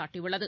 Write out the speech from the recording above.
சாட்டியுள்ளது